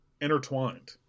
intertwined